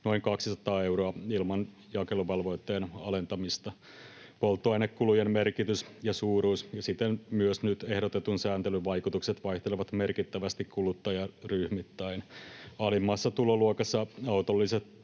noin 200 euroa ilman jakeluvelvoitteen alentamista. Polttoainekulujen merkitys ja suuruus ja siten myös nyt ehdotetun sääntelyn vaikutukset vaihtelevat merkittävästi kuluttajaryhmittäin: alimmassa tuloluokassa autolliset